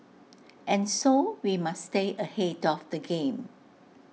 and so we must stay ahead of the game